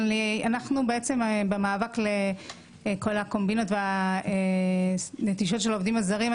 אנחנו בעצם במאבק לכל קומבינת הנטישה של עובדים הזרים.